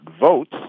votes